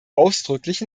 ausdrücklich